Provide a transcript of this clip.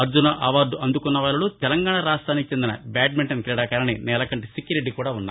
Arjuna award అందుకున్న వారిలో తెలంగాణ రాష్టానికి చెందిన బ్యాడ్మింటన్ క్రీడాకారిణి నేలకంటి సిక్కిరెడ్డికూడా వున్నారు